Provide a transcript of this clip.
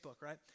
right